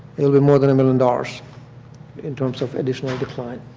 it would be more than a million dollars in terms of additional decline.